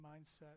mindset